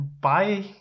Bye